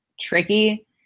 tricky